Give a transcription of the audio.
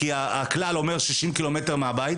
כי הכלל אומר מרחק אווירי של 60 ק"מ מהבית.